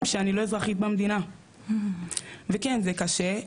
שאני לא אזרחית במדינה וכן זה קשה.